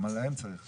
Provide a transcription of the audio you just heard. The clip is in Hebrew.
גם עליהם צריך לחשוב.